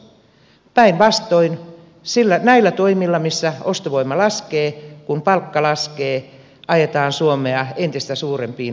päinvastoin sillä näillä toimilla missä ostovoima laskee kun palkka laskee ajetaan suomea entistä suurempiin syövereihin